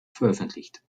veröffentlicht